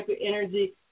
energy